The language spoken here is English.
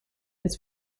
its